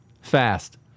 fast